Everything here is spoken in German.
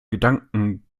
gedanken